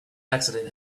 accident